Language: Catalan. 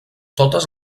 totes